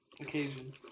occasion